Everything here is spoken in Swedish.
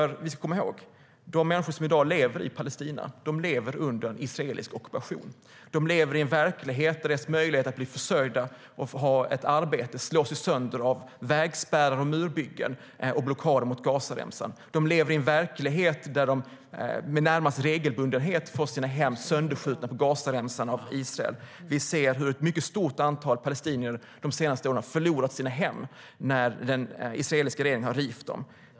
Vi ska komma ihåg att de människor som i dag lever i Palestina lever under israelisk ockupation. De lever i en verklighet där deras möjligheter att ha ett arbete och kunna försörja sig slås sönder av vägspärrar och murbyggen och av blockader mot Gazaremsan. De på Gazaremsan lever i en verklighet där de närmast regelbundet får sina hem sönderskjutna av Israel. Vi ser hur ett stort antal palestinier de senaste åren förlorat sina hem när den israeliska regeringen låtit riva dem.